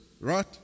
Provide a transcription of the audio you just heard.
right